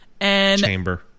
Chamber